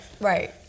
right